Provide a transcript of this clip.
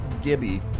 Gibby